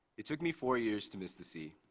it took me four years to miss the sea.